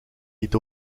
niet